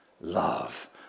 love